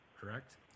correct